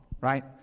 right